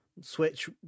Switch